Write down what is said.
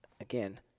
again